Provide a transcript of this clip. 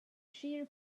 sheer